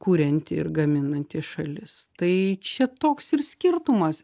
kurianti ir gaminanti šalis tai čia toks ir skirtumas